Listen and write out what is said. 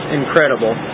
incredible